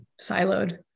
siloed